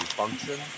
function